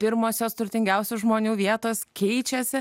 pirmosios turtingiausių žmonių vietos keičiasi